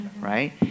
right